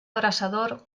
abrasador